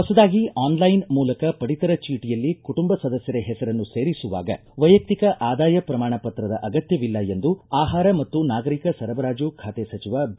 ಹೊಸದಾಗಿ ಆನ್ಲೈನ್ ಮೂಲಕ ಪಡಿತರ ಚೀಟಿಯಲ್ಲಿ ಕುಟುಂಬ ಸದಸ್ಕರ ಹೆಸರನ್ನು ಸೇರಿಸುವಾಗ ವೈಯಕ್ತಿಕ ಆದಾಯ ಪ್ರಮಾಣ ಪತ್ರದ ಅಗತ್ತವಿಲ್ಲ ಎಂದು ಆಹಾರ ಮತ್ತು ನಾಗರಿಕ ಸರಬರಾಜು ಖಾತೆ ಸಚಿವ ಬಿ